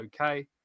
okay